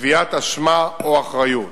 קביעת אשמה או אחריות.